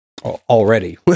Already